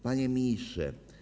Panie Ministrze!